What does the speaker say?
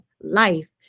life